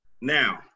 Now